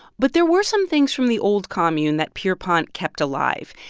but there were some things from the old commune that pierrepont kept alive.